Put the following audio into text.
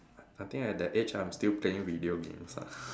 I I think at that age I'm still playing video games ah